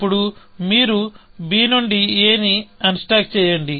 అప్పుడు మీరు b నుండి aని అన్స్టాక్ చేయండి